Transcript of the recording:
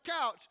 couch